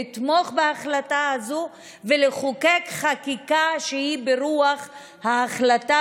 לתמוך בהחלטה הזאת ולחוקק חקיקה שהיא ברוח ההחלטה,